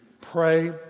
pray